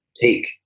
take